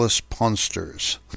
punsters